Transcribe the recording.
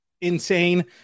insane